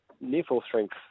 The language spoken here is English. near-full-strength